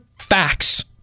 facts